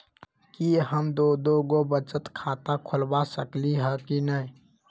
कि हम दो दो गो बचत खाता खोलबा सकली ह की न?